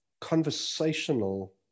conversational